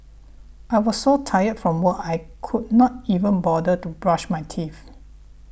I was so tired from work I could not even bother to brush my teeth